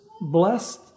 Blessed